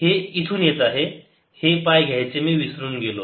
हे इथून येत आहे हे पाय घ्यायचे मी विसरून गेलो